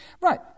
Right